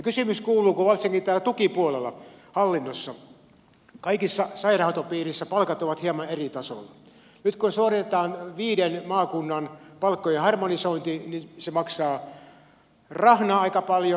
kysymys kuuluu kun varsinkin tukipuolella hallinnossa kaikissa sairaanhoitopiireissä palkat ovat hieman eri tasolla ja nyt kun suoritetaan viiden maakunnan palkkojen harmonisointi niin se maksaa rahnaa aika paljon